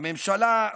הממשלה,